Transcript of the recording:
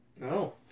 No